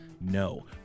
No